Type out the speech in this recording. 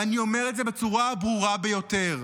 ואני אומר את זה בצורה הברורה ביותר: